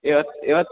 ಇವತ್ತು ಇವತ್ತು